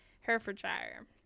Herefordshire